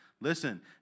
Listen